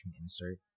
insert